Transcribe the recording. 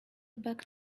back